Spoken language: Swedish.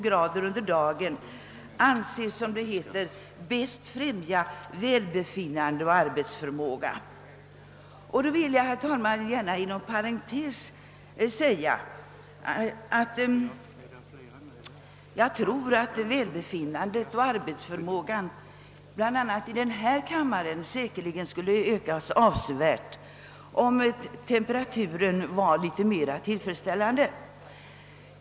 Celsius under dagen anses i allmän bäst befrämja välbefinnande och arbetsförmåga.» Då vill jag, herr talman, inom parentes gärna säga att jag tror att välbefinnandet och arbetsförmågan bl a. i denna kammare säkerligen skulle ökas avsevärt om temperaturen vore litet mera tillfredsställande.